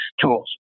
tools